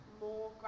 more